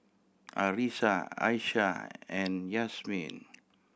Arissa Aisyah and Yasmin